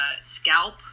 scalp